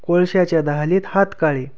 कोळश्याच्या दहालीत हात काळी